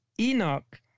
Enoch